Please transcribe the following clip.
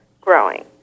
growing